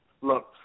look